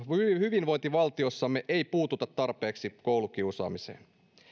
hyvinvointivaltiossamme ei puututa tarpeeksi koulukiusaamiseen